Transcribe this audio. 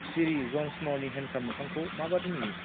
सिरि जन स्न'नि हेन्डसाम मोखांखौ मा बायदि नुयो